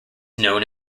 known